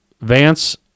vance